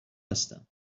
هستم